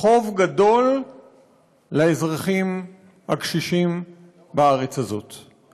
חוב גדול לאזרחים הקשישים בארץ הזאת.